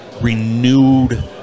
renewed